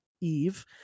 eve